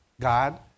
God